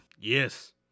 Yes